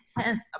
test